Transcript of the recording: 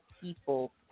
people